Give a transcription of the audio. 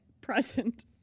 present